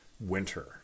winter